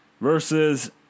versus